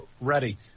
ready